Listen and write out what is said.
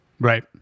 Right